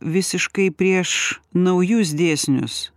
visiškai prieš naujus dėsnius